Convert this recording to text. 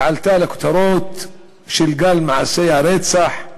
שעלתה לכותרות בשל גל מעשי רצח,